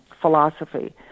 philosophy